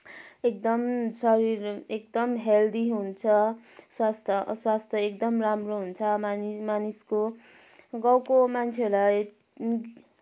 एकदम शरीर एकदम हेल्दी हुन्छ स्वास्थ्य स्वास्थ्य एकदम राम्रो हुन्छ मानिस मानिसको गाउँको मान्छेहरूलाई